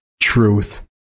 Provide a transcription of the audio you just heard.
truth